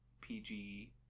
PG